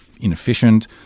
inefficient